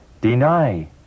Deny